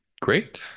Great